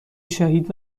شهید